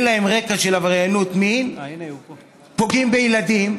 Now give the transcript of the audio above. להם רקע של עבריינות מין פוגעים בילדים,